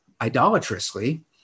idolatrously